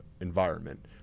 environment